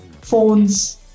phones